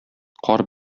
кар